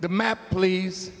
the map please